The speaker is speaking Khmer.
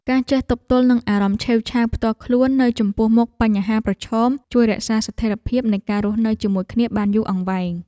ការចេះទប់ទល់នឹងអារម្មណ៍ឆេវឆាវផ្ទាល់ខ្លួននៅចំពោះមុខបញ្ហាប្រឈមជួយរក្សាស្ថិរភាពនៃការរស់នៅជាមួយគ្នាបានយូរអង្វែង។